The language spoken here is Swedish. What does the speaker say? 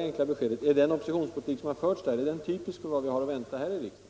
enkla beskedet om den oppositionspolitik som förts i landstinget är typisk för vad vi har att vänta här i riksdagen.